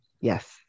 yes